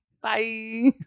Bye